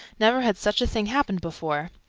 never had such a thing happened before!